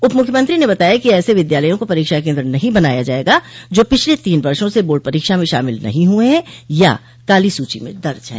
उप मुख्यमंत्री ने बताया कि ऐसे विद्यालयों को परीक्षा केन्द्र नहीं बताया जायेगा जो पिछले तीन वर्षो से बोर्ड परीक्षा में शामिल नहीं हुए है या काली सूची में दर्ज है